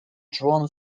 drawn